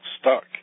stuck